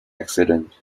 accident